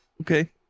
Okay